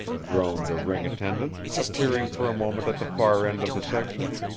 droned a ring attendant, appearing for a moment at the far end of the section.